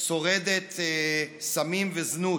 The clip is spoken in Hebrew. שורדת סמים וזנות.